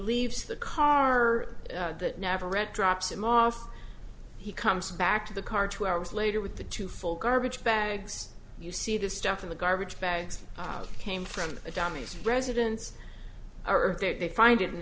leaves the car that never read drops him off he comes back to the car two hours later with the two full garbage bags you see the stuff in the garbage bags came from a damaged residence are there they find it in